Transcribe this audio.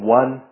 one